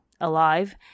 alive